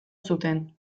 zuten